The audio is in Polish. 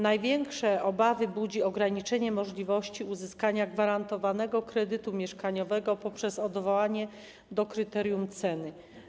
Największe obawy budzi ograniczenie możliwości uzyskania gwarantowanego kredytu mieszkaniowego poprzez odwołanie się do kryterium ceny.